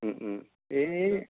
उम उम ओइ